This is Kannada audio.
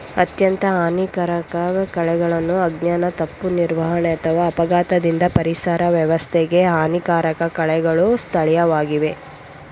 ಅತ್ಯಂತ ಹಾನಿಕಾರಕ ಕಳೆಗಳನ್ನು ಅಜ್ಞಾನ ತಪ್ಪು ನಿರ್ವಹಣೆ ಅಥವಾ ಅಪಘಾತದಿಂದ ಪರಿಸರ ವ್ಯವಸ್ಥೆಗೆ ಹಾನಿಕಾರಕ ಕಳೆಗಳು ಸ್ಥಳೀಯವಾಗಿವೆ